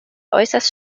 äußerst